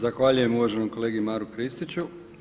Zahvaljujem uvaženom kolegi Mari Kristiću.